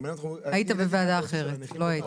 אני מנהל אגף מקרקעין ומיסוי במשרד הפנים.